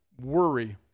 worry